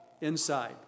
inside